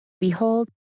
behold